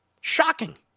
Shocking